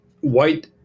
white